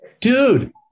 dude